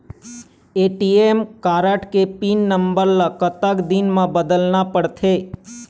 ATM card के pin number ला कतक दिन म बदलना पड़थे?